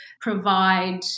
provide